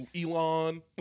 Elon